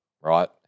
right